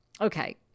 Okay